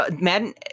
Madden